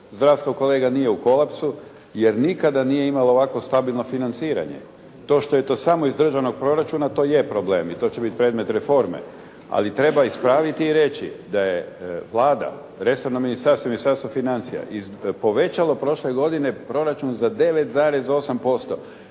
zdravstvo kolega nije u kolapsu jer nikada nije imalo ovako stabilno financiranje. To što je to samo iz Državnog proračuna to je problem i to će biti predmet reforme. Ali treba ispraviti i reći da je Vlada, resorno Ministarstvo, Ministarstvo financija iz, povećalo prošle godine proračun za 9,8%.